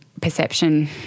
perception